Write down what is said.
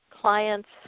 Clients